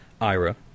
Ira